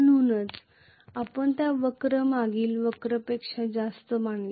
हेच कारण आहे की आम्ही पूर्वीच्या वक्रतेपेक्षा हा वक्र वर मानला